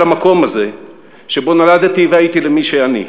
המקום הזה שבו נולדתי והייתי למי שאני.